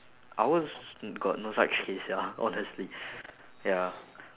ours s~ s~ got no such case sia honestly ya